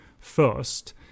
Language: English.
first